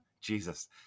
Jesus